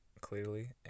clearly